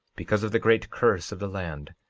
because of the great curse of the land,